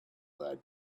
that